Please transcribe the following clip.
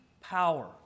power